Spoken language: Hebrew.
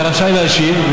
אתה רשאי להשיב.